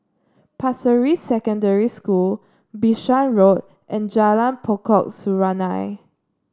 Pasir Ris Secondary School Bishan Road and Jalan Pokok Serunai